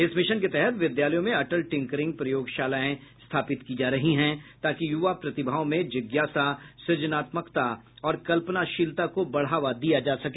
इस मिशन के तहत विद्यालयों में अटल टिंकरिंग प्रयोगशालाएं स्थापित की जा रही हैं ताकि युवा प्रतिभाओं में जिज्ञासा सृजनात्मकता और कल्पनाशीलता को बढ़ावा दिया जा सके